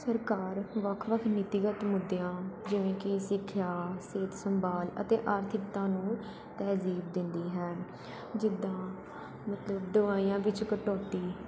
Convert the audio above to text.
ਸਰਕਾਰ ਵੱਖ ਵੱਖ ਨੀਤੀਗਤ ਮੁੱਦਿਆਂ ਜਿਵੇਂ ਕਿ ਸਿੱਖਿਆ ਸਿਹਤ ਸੰਭਾਲ ਅਤੇ ਆਰਥਿਕਤਾ ਨੂੰ ਤਹਿਜ਼ੀਬ ਦਿੰਦੀ ਹੈ ਜਿੱਦਾਂ ਮਤਲਬ ਦਵਾਈਆਂ ਵਿੱਚ ਕਟੌਤੀ